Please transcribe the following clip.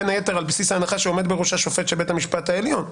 בין היתר על בסיס ההחלטה שעומד בראשה שופט של בית המשפט העליון,